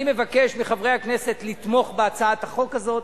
אני מבקש מחברי הכנסת לתמוך בהצעת החוק הזאת.